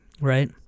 right